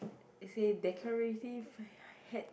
it say decorative hat